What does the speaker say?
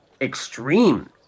extreme